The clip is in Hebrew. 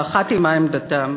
ואחת היא מה עמדתם,